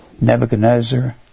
Nebuchadnezzar